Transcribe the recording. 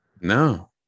No